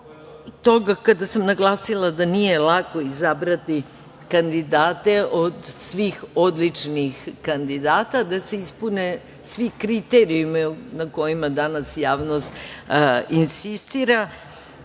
toga kada sam naglasila da nije lako izabrati kandidate od svih odličnih kandidata, da se ispune svi kriterijumi na kojima danas javnost insistira.